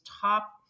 top